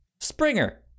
Springer